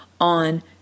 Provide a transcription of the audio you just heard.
on